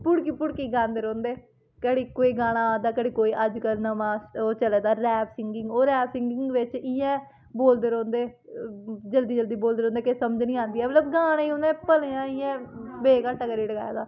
भुड़की भुड़की गांदे रौंह्दे कड़ी कोई गाना आ दा कड़ी कोई अज्जकल नमां ओह् चले दा रैप सिगिंग ओह् रैप सिगिंग बिच्च इ'यै बोलदे रौंह्दे जल्दी जल्दी बोलदे रौंह्दे किश समझ नी आंदी ऐ मतलब गाने उ'नें भलेआं इ'यां बे काटा करी टकाए दा